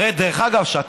דרך אגב,